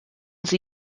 sie